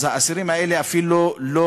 האסירים האלה אפילו לא